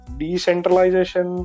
decentralization